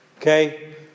Okay